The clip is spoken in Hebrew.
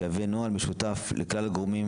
שיביא נוהל משותף לכלל הגורמים,